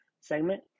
segment